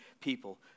people